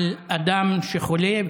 על אדם שחולה,